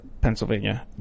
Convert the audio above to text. Pennsylvania